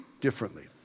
differently